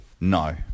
No